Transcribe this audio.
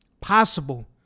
possible